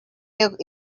milk